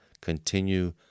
Continue